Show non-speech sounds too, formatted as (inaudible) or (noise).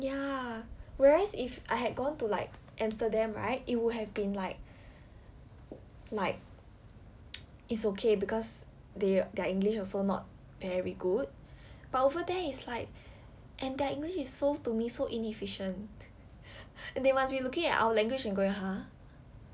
ya whereas if I had gone to like amsterdam right it would have been like like (noise) it's okay because they their english also not very good but over there it's like and their english is so to me so inefficient and they must be looking at our language and going !huh!